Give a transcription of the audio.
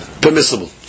permissible